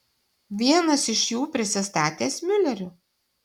vienas iš jų prisistatęs miuleriu